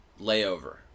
Layover